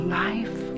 life